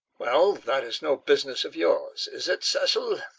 well, that is no business of yours, is it, cecil?